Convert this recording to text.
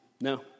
No